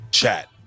Chat